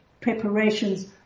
preparations